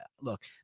look